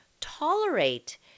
tolerate